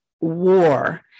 war